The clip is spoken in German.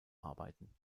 arbeiten